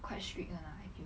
quite strict [one] lah I feel